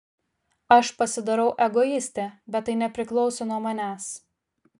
aš pasidarau egoistė bet tai nepriklauso nuo manęs